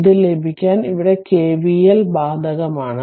ഇത് ലഭിക്കാൻ ഇവിടെ KVL ബാധകമാണ്